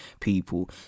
people